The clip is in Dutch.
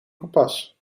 kompas